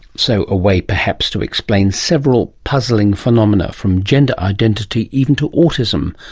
so a way perhaps to explain several puzzling phenomena, from gender identity, even to autism.